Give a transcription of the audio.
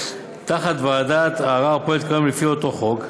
תחת ועדת הערר הפועלת כיום לפי אותו חוק.